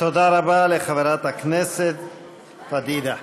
תודה רבה לחברת הכנסת פדידה.